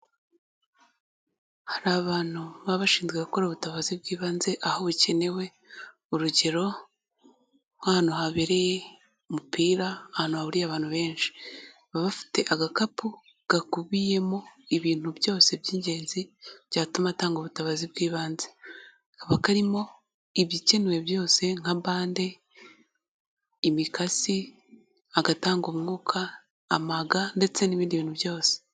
Hari abantu baba bashinzwe gukora ubutabazi bw'ibanze aho hakenewe urugero nk'antu habereye umupira, ahantu hahuriye abantu benshi; baba bafite agakapu gakubiyemo ibintu byose by'ingenzi byatuma atanga ubutabazi bw'ibanze, kaba karimo ibikenewe byose nka bande, imikasi, agatanga umwuka, ama ga ndetse n'ibindi bintu byose.